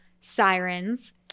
sirens